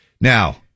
Now